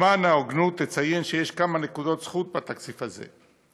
למען ההוגנות אציין שיש כמה נקודות זכות בתקציב הזה: